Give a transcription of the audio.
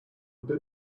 bit